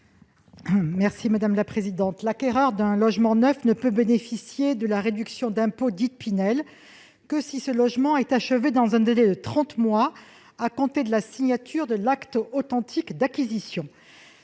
Estrosi Sassone. L'acquéreur d'un logement neuf ne peut bénéficier de la réduction d'impôt Pinel que si ce logement est achevé dans un délai de trente mois à compter de la signature de l'acte authentique d'acquisition.